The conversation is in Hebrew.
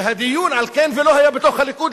והדיון על כן לא היה בתוך הליכוד,